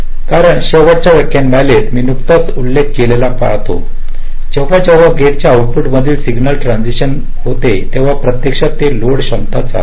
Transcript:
कारण शेवटच्या व्याख्यानमालेत मी नुकताच उल्लेख केलेला पाहतो जेव्हा जेव्हा गेटच्या आऊटपुटमध्ये सिग्नल ट्रान्सिशन होते तेव्हा प्रत्यक्षात ते लोड क्षमता चालविते